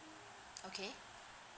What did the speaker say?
okay